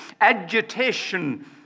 agitation